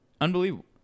Unbelievable